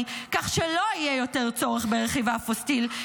כך שלא יהיה יותר צורך ברכיב האפוסטיל.